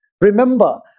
Remember